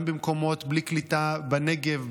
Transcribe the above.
גם במקומות בלי קליטה בנגב,